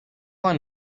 one